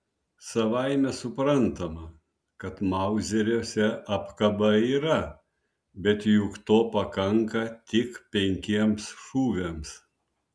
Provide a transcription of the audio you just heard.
savaime suprantama kad mauzeriuose apkaba yra bet juk to pakanka tik penkiems šūviams